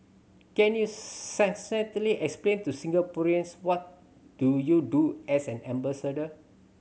can you succinctly explain to Singaporeans what do you do as an ambassador